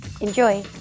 Enjoy